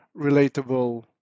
relatable